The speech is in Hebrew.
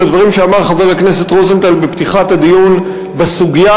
לדברים שאמר חבר הכנסת רוזנטל בפתיחת הדיון: בסוגיה